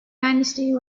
dynasty